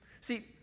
See